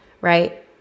right